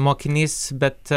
mokinys bet